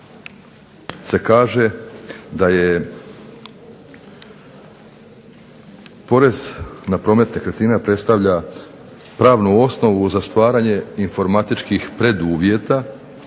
se kaže da je porez na promet nekretnina predstavlja pravnu osnovu za stvaranje informatičkih preduvjeta